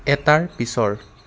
এটাৰ পিছৰ